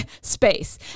space